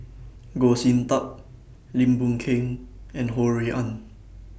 Goh Sin Tub Lim Boon Keng and Ho Rui An